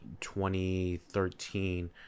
2013